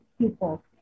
people